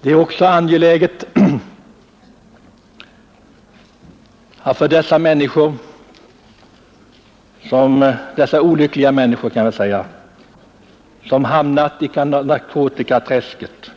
Det är också angeläget för dessa olyckliga människor som hamnat i narkotikaträsket